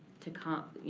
to come.